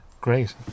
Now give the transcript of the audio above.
great